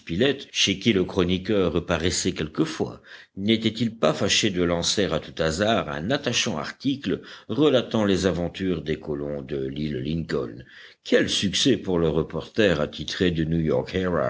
chez qui le chroniqueur reparaissait quelquefois n'était-il pas fâché de lancer à tout hasard un attachant article relatant les aventures des colons de l'île lincoln quel succès pour le reporter attitré du